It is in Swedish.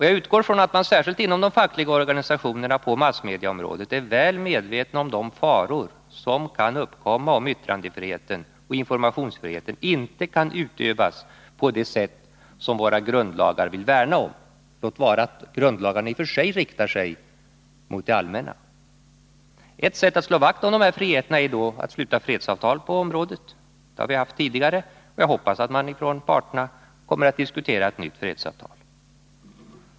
Jag utgår från att man särskilt inom de fackliga organisationerna på massmediaområdet är väl medveten om de faror som kan uppkomma, om yttrandefriheten och informationsfriheten inte kan utövas på det sätt som våra grundlagar vill värna om — låt vara att grundlagarna i och för sig riktar sig mot det allmänna. Ett sätt att slå vakt om dessa friheter är att sluta fredsavtal på området. Det har tillämpats tidigare, och jag hoppas att parterna kommer att diskutera ett nytt fredsavtal.